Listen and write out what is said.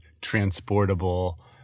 transportable